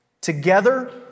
Together